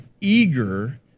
eager